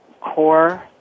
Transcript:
core